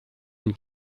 une